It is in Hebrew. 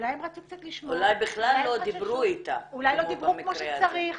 אולי הם רצו קצת לשמור -- אולי בכלל לא דיברו איתה כמו במקרה הזה.